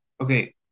Okay